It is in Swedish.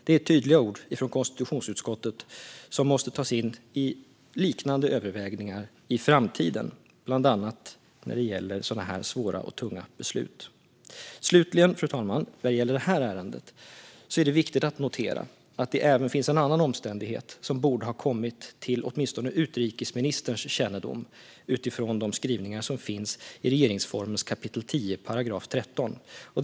Det är tydliga ord från konstitutionsutskottet som måste tas in i liknande övervägningar i framtiden, bland annat när det gäller sådana här svåra och tunga beslut. Slutligen vad gäller det här ärendet, fru talman, är det viktigt att notera att det finns en annan omständighet som borde ha kommit till åtminstone utrikesministerns kännedom utifrån de skrivningar som finns i 10 kap. 13 § regeringsformen.